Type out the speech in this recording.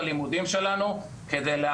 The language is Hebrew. וביקשנו מהם לתת לנו זוויות חדשות איך אנחנו יכולים